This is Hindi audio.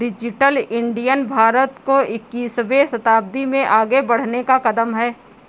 डिजिटल इंडिया भारत को इक्कीसवें शताब्दी में आगे बढ़ने का कदम है